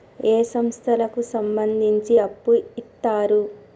ఏ సంస్థలకు సంబంధించి అప్పు ఇత్తరు?